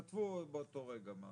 כן, כתבו באותו רגע.